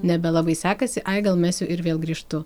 nebelabai sekasi ai gal mesiu ir vėl grįžtu